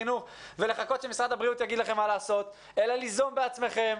החינוך ולחכות שמשרד הבריאות יגיד לכם מה לעשות אלא ליזום בעצמכם.